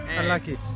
Unlucky